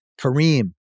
Kareem